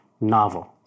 novel